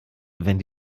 wenn